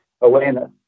awareness